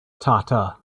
tata